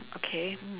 okay mm